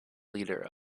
leader